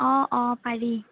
অ অ পাৰি